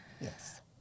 Yes